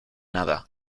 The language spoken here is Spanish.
nada